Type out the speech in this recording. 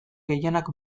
gehienak